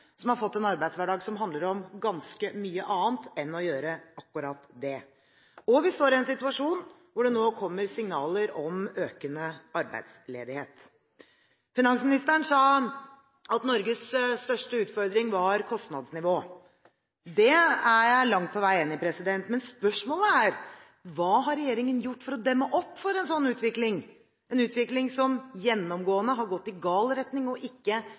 har fått en arbeidshverdag som handler om ganske mye annet enn å gjøre akkurat det. Vi er også i en situasjon hvor det nå kommer signaler om økende arbeidsledighet. Finansministeren sa at Norges største utfordring var kostnadsnivået. Det er jeg langt på vei enig i. Men spørsmålet er: Hva har regjeringen gjort for å demme opp for en sånn utvikling – en utvikling som gjennomgående har gått i gal retning og ikke